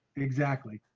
exactly.